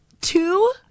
two